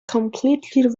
completely